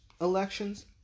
elections